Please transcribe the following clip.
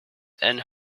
and